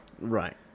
Right